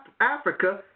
Africa